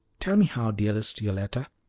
tell me how, dearest yoletta.